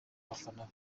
abafana